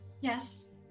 Yes